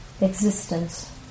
existence